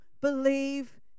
believe